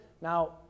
Now